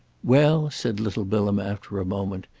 well, said little bilham after a moment,